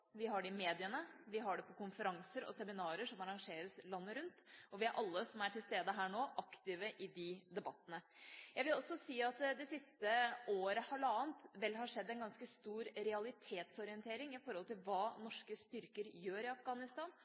vi har det i mediene, vi har det på konferanser og seminarer som arrangeres landet rundt. Alle vi som er til stede her nå, er aktive i disse debattene. Jeg vil også si at det det siste halvannet året vel har skjedd en ganske stor realitetsorientering når det gjelder hva norske styrker gjør i Afghanistan,